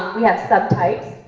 um we have subtypes.